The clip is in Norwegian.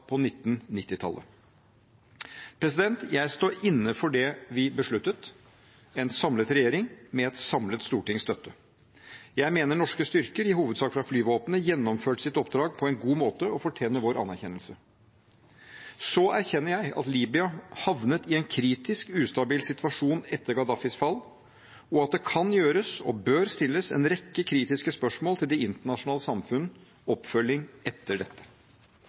Rwanda på 1990-tallet. Jeg står inne for det vi, en samlet regjering, besluttet, med et samlet stortings støtte. Jeg mener norske styrker, i hovedsak fra Flyvåpenet, gjennomførte sitt oppdrag på en god måte og fortjener vår anerkjennelse. Så erkjenner jeg at Libya havnet i en kritisk ustabil situasjon etter Gaddafis fall, og at det kan og bør stilles en rekke kritiske spørsmål til det internasjonale samfunns oppfølging etter dette.